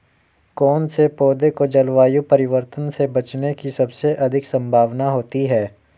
कौन से पौधे को जलवायु परिवर्तन से बचने की सबसे अधिक संभावना होती है?